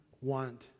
want